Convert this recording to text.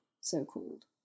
so-called